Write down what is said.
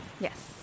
yes